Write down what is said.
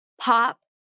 pop